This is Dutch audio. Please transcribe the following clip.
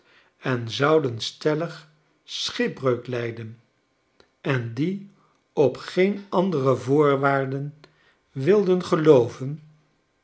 en zouden stellig schipbreuk lijden en die op geen andere voorwaarden wilden gelooven